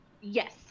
Yes